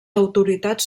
autoritats